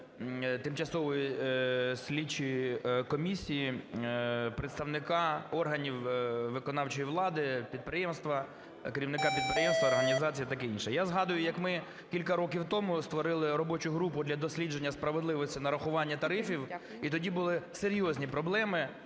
тимчасової слідчої комісії представника органів виконавчої влади, підприємства, керівника підприємства, організації і таке інше. Я згадую, як ми кілька років тому створили робочу групу для дослідження справедливості нарахування тарифів, і тоді були серйозні проблеми